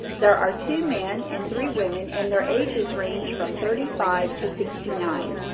there are two men and three women, and their ages range from thirty five to sixty nine.